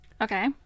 Okay